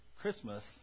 Christmas